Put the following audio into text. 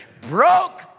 broke